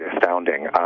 astounding